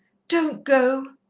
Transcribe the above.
don't go!